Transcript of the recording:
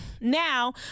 now